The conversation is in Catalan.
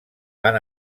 van